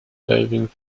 driving